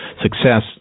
success